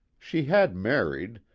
she had married,